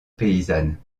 paysanne